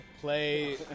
play